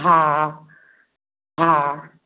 हँ हँ